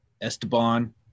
Esteban